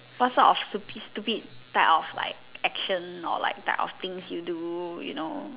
for sort of like stupid stupid type of like action or like type of things you do you know